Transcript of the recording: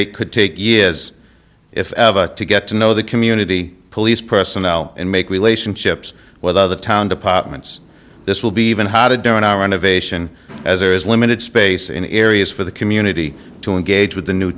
candidate could take years if ever to get to know the community police personnel and make relationships with other town departments this will be even how to do in our innovation as there is limited space in areas for the community to engage with the new